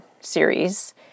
series